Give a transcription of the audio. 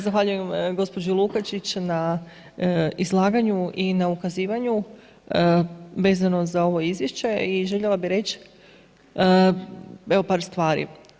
Zahvaljujem gospođi Lukačić na izlaganju i na ukazivanju vezano za ovo izvješće i željela bih reći, evo par stvari.